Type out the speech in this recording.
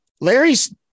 Larry's